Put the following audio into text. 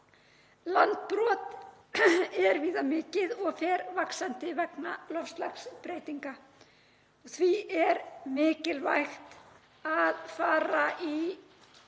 Landbrot er víða mikið og fer vaxandi vegna loftslagsbreytinga. Því er mikilvægt að fara í